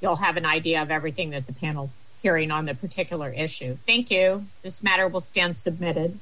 you'll have an idea of everything that the panel hearing on the particular issue thank you this matter will stand submitted